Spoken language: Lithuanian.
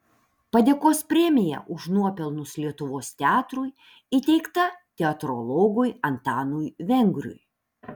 padėkos premija už nuopelnus lietuvos teatrui įteikta teatrologui antanui vengriui